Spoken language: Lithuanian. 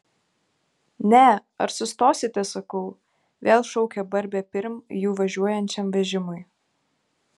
ne ar sustosite sakau vėl šaukia barbė pirm jų važiuojančiam vežimui